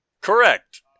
Correct